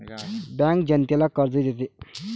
bank जनतेला कर्जही देते